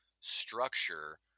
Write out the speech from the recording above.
structure